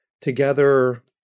together